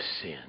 sin